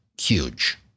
huge